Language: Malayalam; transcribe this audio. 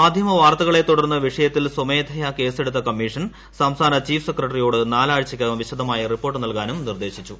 മാധ്യമവാർത്തകളെ തുടർന്ന് വിഷയത്തിൽ സ്വമേധയാ ക്കേസെടുത്ത കമ്മീഷൻ സംസ്ഥാന ചീഫ് സെക്രട്ടറിയോട് നാലാഴ്ചയ്ക്കകം വിശദമായ റിപ്പോർട്ട് നൽകാനും നിർദ്ദേശിച്ചു